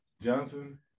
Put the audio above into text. Johnson